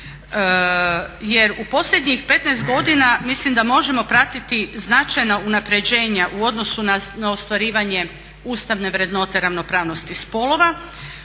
Jer u posljednjih 15 godina mislim da možemo pratiti značajna unapređenja u odnosu na ostvarivanje ustavne vrednote ravnopravnosti spolova.